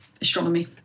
astronomy